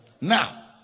Now